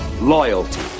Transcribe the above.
loyalty